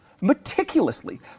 meticulously